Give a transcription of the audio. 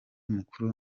mukuru